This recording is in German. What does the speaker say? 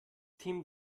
team